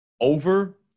Over